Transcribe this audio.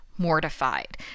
mortified